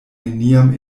neniam